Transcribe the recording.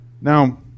Now